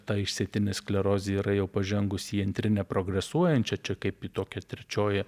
ta išsėtinė sklerozė yra jau pažengusi į antrinę progresuojančią čia kaip į tokią trečioji